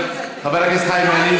חבר הכנסת חיים ילין,